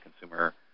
consumer